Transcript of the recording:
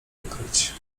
wykryć